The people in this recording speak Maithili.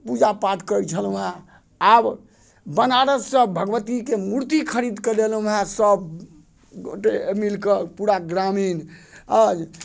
पूजा पाठ करै छलहुॅं हेँ आब बनारस से भगवतीके मूर्ति खरीदकऽ लेलहुॅं हेँ सभ गोटे मिल कऽ पूरा ग्रामीण आर